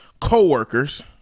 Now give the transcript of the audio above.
coworkers